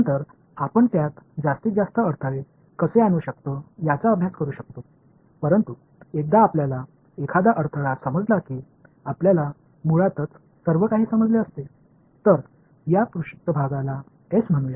नंतर आपण त्यात जास्तीत जास्त अडथळे कसे आणू शकतो याचा अभ्यास करू शकतो परंतु एकदा आपल्याला एखादा अडथळा समजला की आपल्याला मुळातच सर्व काही समजले असते तर या पृष्ठभागाला एस म्हणूया